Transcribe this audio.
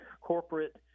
corporate